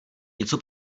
něco